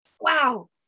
Wow